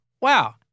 wow